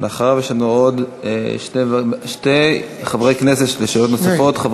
לאחריו יש לנו עוד שתי חברי כנסת לשאלות נוספות.